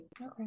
Okay